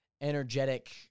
energetic